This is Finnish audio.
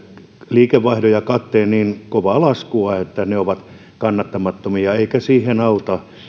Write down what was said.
liikevaihdon ja katteen niin kovaa laskua että ne ovat kannattamattomia eikä siihen auta